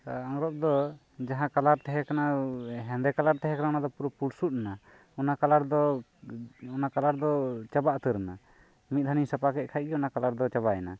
ᱟᱝᱨᱚᱵ ᱫᱚ ᱡᱟᱦᱟᱸ ᱠᱟᱞᱟᱨ ᱛᱟᱦᱮᱸ ᱠᱟᱱᱟ ᱦᱮᱸᱫᱮ ᱠᱟᱞᱟᱨ ᱛᱟᱦᱮᱸ ᱠᱟᱱᱟ ᱚᱱᱟ ᱫᱚ ᱯᱩᱨᱟᱹ ᱯᱩᱞᱥᱩᱫ ᱮᱱᱟ ᱚᱱᱟ ᱠᱟᱞᱟᱨ ᱫᱚ ᱪᱟᱵᱟ ᱩᱛᱟᱹᱨ ᱮᱱᱟ ᱢᱤᱫ ᱫᱷᱟᱣᱮᱧ ᱥᱟᱯᱟ ᱠᱮᱫ ᱠᱷᱟᱱ ᱜᱮ ᱚᱱᱟ ᱠᱟᱞᱟᱨ ᱫᱚ ᱪᱟᱵᱟᱭ ᱮᱱᱟ